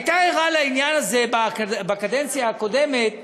הייתה ערה לעניין הזה בקדנציה הקודמת